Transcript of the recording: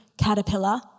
Caterpillar